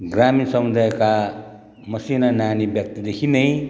ग्रामीण समुदायका मसिना नानी व्यक्तिदेखि नै